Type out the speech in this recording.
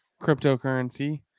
cryptocurrency